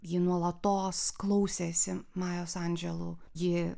ji nuolatos klausėsi majos andželu ji